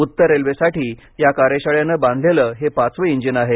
उत्तर रेल्वेसाठी या कार्यशाळेनं बांधलेलं हे पाचवं इंजिन आहे